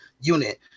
unit